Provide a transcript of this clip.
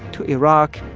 to iraq,